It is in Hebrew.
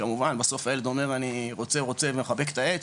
כמובן בסוף הילד אומר 'אני רוצה רוצה' ומחבק את העץ,